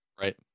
Right